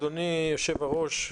אדוני יושב הראש,